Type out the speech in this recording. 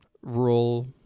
rural